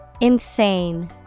Insane